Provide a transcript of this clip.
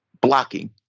blocking